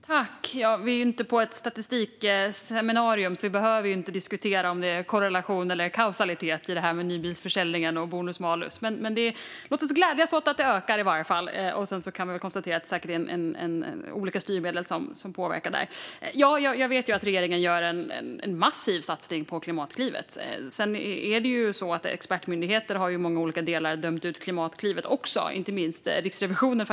Fru talman! Vi befinner oss inte på ett statistikseminarium och behöver inte diskutera om det handlar om korrelation eller kausalitet i nybilsförsäljningen och bonus-malus. Låt oss i varje fall glädjas över att det ökar. Sedan kan vi konstatera att olika styrmedel säkerligen påverkar det här. Jag vet att regeringen gör en massiv satsning på Klimatklivet. Men expertmyndigheter har i många olika delar dömt ut också Klimatklivet, komiskt nog även Riksrevisionen.